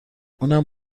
اونم